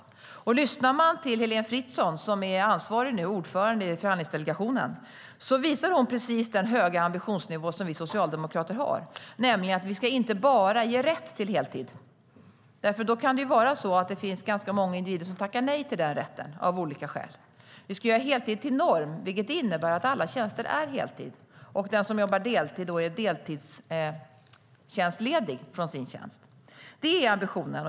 Man kan lyssna till Heléne Fritzon, som är ansvarig och ordförande i förhandlingsdelegationen. Hon visar precis den höga ambitionsnivå som vi socialdemokrater har. Vi ska inte bara ge rätt till heltid. Det kan nämligen finnas ganska många individer som av olika skäl tackar nej till den rätten. Vi ska göra heltid till norm, vilket innebär att alla tjänster är heltid. Den som då jobbar deltid är deltidstjänstledig från sin tjänst. Det är ambitionen.